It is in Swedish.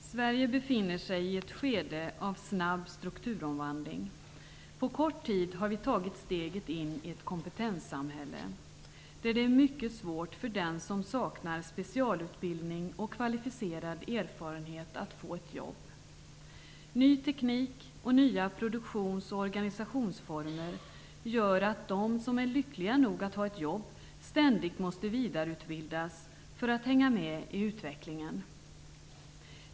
Fru talman! Sverige befinner sig i ett skede av snabb strukturomvandling. På kort tid har vi tagit steget in i ett kompetenssamhälle, där det är mycket svårt för den som saknar specialutbildning och kvalificerad erfarenhet att få ett jobb. Ny teknik och nya produktions och organisationsformer gör att de som är lyckliga nog att ha ett jobb ständigt måste vidareutbildas för att hänga med i utvecklingen.